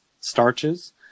starches